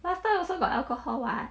last time also got alcohol [what]